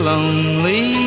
Lonely